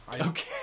Okay